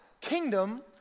kingdom